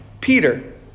Peter